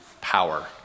power